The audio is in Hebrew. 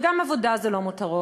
וגם עבודה זה לא מותרות,